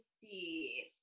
see